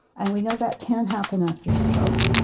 and we know that can happen after stroke.